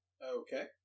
Okay